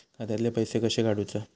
खात्यातले पैसे कशे काडूचा?